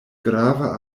grava